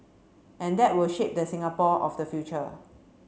and that will shape the Singapore of the future